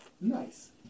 Nice